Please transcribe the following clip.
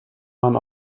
man